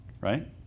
right